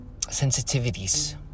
sensitivities